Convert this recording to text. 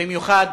במיוחד